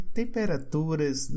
temperaturas